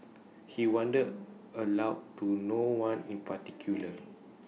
he wondered aloud to no one in particular